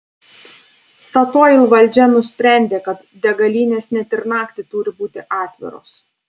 statoil valdžia nusprendė kad degalinės net ir naktį turi būti atviros